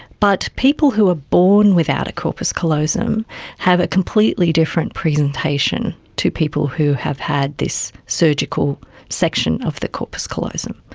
but people who are born without a corpus callosum have a completely different presentation to people who have had this surgical section of the corpus callosum.